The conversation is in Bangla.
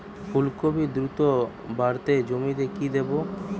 ফুলকপি দ্রুত বাড়াতে জমিতে কি দেবো?